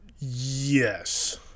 yes